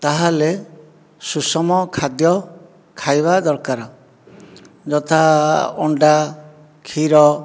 ତା'ହେଲେ ସୁଷମ ଖାଦ୍ୟ ଖାଇବା ଦରକାର ଯଥା ଅଣ୍ଡା କ୍ଷୀର